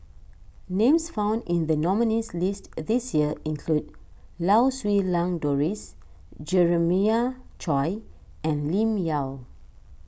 names found in the nominees' list this year include Lau Siew Lang Doris Jeremiah Choy and Lim Yau